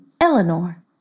Eleanor